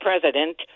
president